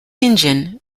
engine